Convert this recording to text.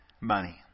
money